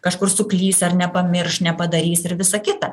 kažkur suklys ar nepamirš nepadarys ir visa kita